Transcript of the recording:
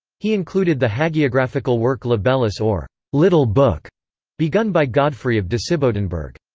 he included the hagiographical work libellus or little book begun by godfrey of disibodenberg.